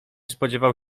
spodziewał